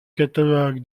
catalogue